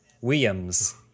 Williams